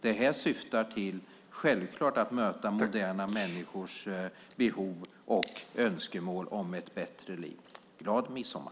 Det här syftar självklart till att möta moderna människors behov och önskemål om ett bättre liv. Glad midsommar!